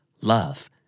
Love